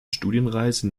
studienreisen